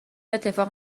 اتفاق